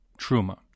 Truma